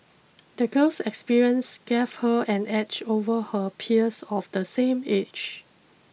the girl's experience gave her an edge over her peers of the same age